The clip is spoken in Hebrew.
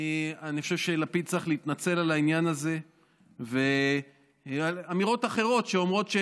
אני חושב שלפיד צריך להתנצל על העניין הזה ועל אמירות אחרות שאומרות,